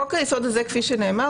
חוק היסוד הזה כאמור